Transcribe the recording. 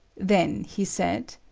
then he said